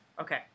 okay